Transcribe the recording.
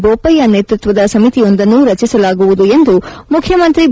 ಬೋಪಯ್ಯ ನೇತೃತ್ವದ ಸಮಿತಿಯೊಂದನ್ನು ರಚಿಸಲಾಗುವುದು ಎಂದು ಮುಖ್ಯಮಂತ್ರಿ ಬಿ